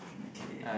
okay